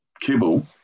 kibble